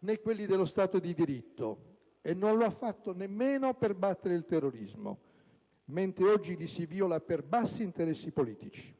né quelli dello Stato di diritto, e non lo ha fatto nemmeno per battere il terrorismo, mentre oggi li si viola per bassi interessi politici.